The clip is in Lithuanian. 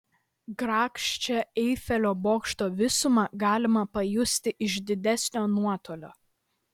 grakščią eifelio bokšto visumą galima pajusti iš didesnio nuotolio